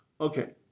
Okay